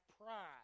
pride